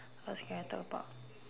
what else can we talk about